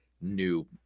New